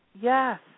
Yes